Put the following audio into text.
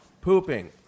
pooping